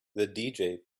the